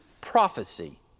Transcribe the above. prophecy